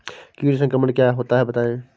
कीट संक्रमण क्या होता है बताएँ?